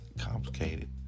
complicated